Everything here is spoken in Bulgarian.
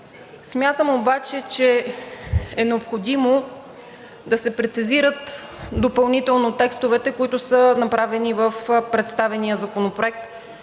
Смятам обаче, че е необходимо да се прецизират допълнително текстовете, които са направени в представения законопроект,